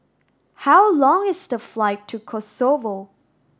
how long is the flight to Kosovo